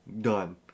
Done